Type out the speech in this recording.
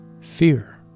fear